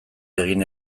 egin